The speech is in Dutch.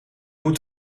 moet